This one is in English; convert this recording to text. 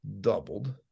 doubled